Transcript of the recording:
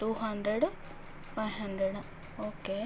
two hundred five hundred okay